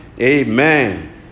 Amen